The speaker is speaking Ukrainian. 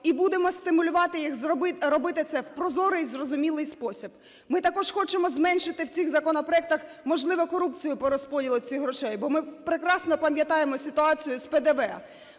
і будемо стимулювати їх робити це в прозорий і зрозумілий спосіб. Ми також хочемо зменшити в цих законопроектах, можливо, корупцію по розподілу цих грошей, бо ми прекрасно пам'ятаємо ситуацію з ПДВ.